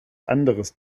anderes